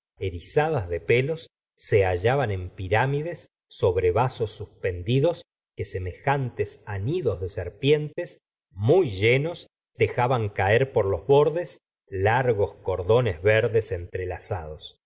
erizadas de pelos se hallaban en pirámides sobre vasos suspendidos que semejantes nidos de serpientes muy llenos dejaban caer por los bordes largos cordones verdes entrelaza dos el